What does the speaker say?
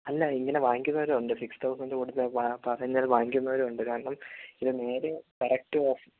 അല്ല ഇങ്ങനെ വാങ്ങിക്കുന്നവരും ഉണ്ട് സിക്സ് തൗസന്ത് കൊടുത്ത് പറയുന്നത് വാങ്ങിക്കുന്നവരും ഉണ്ട് കാരണം ഇത് നേരെ കറക്റ്റ്